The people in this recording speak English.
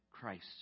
Christ